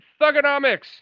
thugonomics